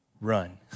run